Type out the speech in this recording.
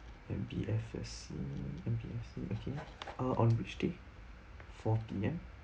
M_B_F_S_C M_B_F_C uh on which day fourteen ya